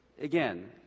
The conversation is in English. Again